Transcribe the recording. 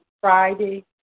Friday